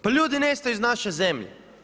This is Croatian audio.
Pa ljudi nestaju iz naše zemlje.